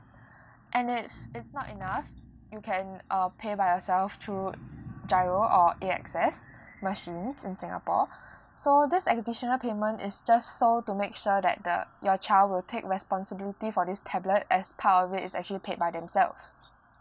and if it's not enough you can uh pay by yourself through giro or A_X_S machines in singapore so this additional payment is just so to make sure that the your child will take responsibility for this tablet as part of it is actually paid by themselves